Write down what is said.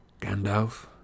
Gandalf